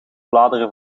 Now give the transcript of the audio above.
bladeren